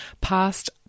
past